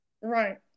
Right